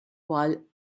while